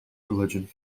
religion